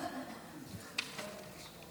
יש שר תורן?